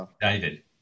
David